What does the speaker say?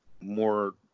more